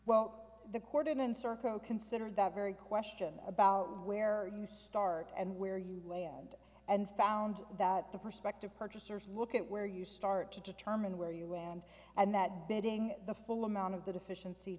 well the cordon and serco considered that very question about where you start and where you land and found that the prospective purchasers look at where you start to determine where you were and and that bidding the full amount of the deficiency